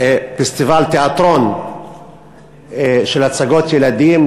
פסטיבל תיאטרון של הצגות ילדים,